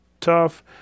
tough